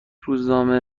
روزنامه